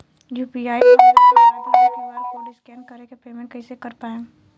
UPI बनला के बाद हम क्यू.आर कोड स्कैन कर के पेमेंट कइसे कर पाएम?